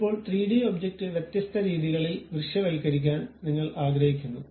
ഇപ്പോൾ 3D object വ്യത്യസ്ത രീതികളിൽ ദൃശ്യവൽക്കരിക്കാൻ നിങ്ങൾ ആഗ്രഹിക്കുന്നു